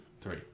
Three